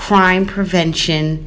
crime prevention